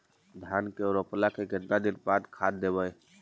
धान के रोपला के केतना दिन के बाद खाद देबै?